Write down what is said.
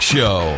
Show